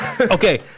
Okay